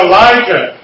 Elijah